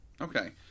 Okay